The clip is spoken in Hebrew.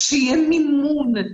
שיהיה מימון.